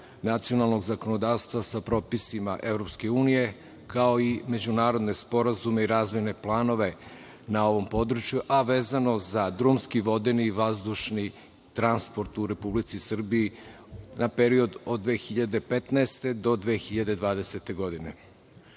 nacionalnog zakonodavstva sa propisima EU, kao i međunarodne sporazume i razvojne planove na ovom području, a vezano za drumski, vodeni, vazdušni, transport u Republici Srbiji, na period od 2015. do 2020. godine. Isto